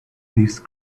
these